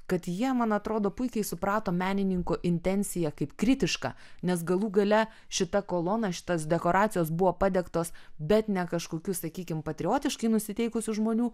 kad jie man atrodo puikiai suprato menininko intenciją kaip kritišką nes galų gale šita kolona šitos dekoracijos buvo padegtos bet ne kažkokių sakykim patriotiškai nusiteikusių žmonių